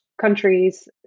countries